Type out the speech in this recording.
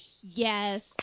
Yes